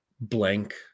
blank